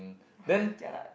what if they're like